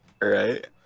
Right